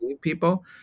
people